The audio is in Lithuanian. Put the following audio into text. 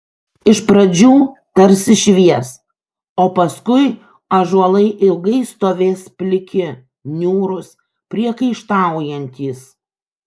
iš pradžių tarsi švies o paskui ąžuolai ilgai stovės pliki niūrūs priekaištaujantys